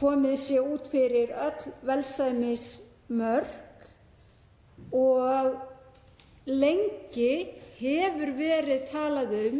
komið sé út fyrir öll velsæmismörk. Lengi hefur verið talað um